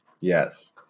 Yes